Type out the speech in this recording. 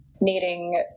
needing